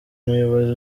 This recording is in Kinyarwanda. umuyobozi